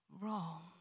wrong